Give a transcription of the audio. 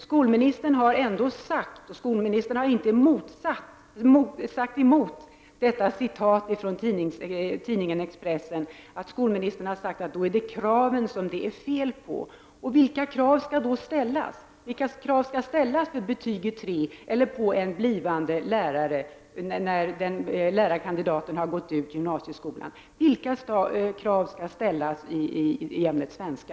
Skolministern har ändå inte sagt emot detta citat från tidningen Expressen, enligt vilket han anser att det är kraven som det är fel på. Vilka krav skall då ställas för betyget tre eller på en blivande lärare, när lärarkandidaten har gått ut gymnasieskolan? Vilka krav skall ställas i ämnet svenska?